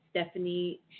Stephanie